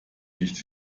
nicht